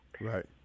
right